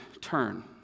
turn